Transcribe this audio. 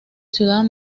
ciudad